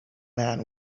man